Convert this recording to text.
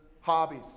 Hobbies